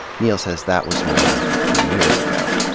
neal says that was more than fifteen years ago.